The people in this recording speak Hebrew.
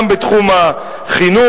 גם בתחום החינוך,